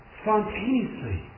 spontaneously